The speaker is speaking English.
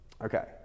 Okay